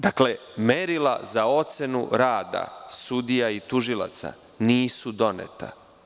Dakle, merila za ocenu rada sudija i tužilaca nisu doneta.